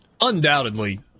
undoubtedly